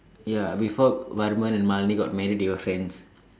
ya before Varman and Malene got married they were friends